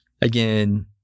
again